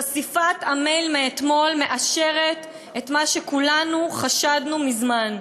חשיפת המייל מאתמול מאשרת את מה שכולנו חשדנו מזמן: